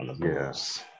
Yes